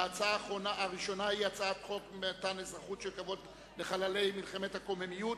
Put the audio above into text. וההצעה הראשונה היא הצעת חוק מתן אזרחות של כבוד לחללי מלחמת הקוממיות,